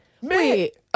Wait